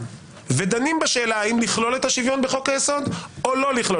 ודנים בשאלה האם לכלול את השוויון בחוק היסוד או לא,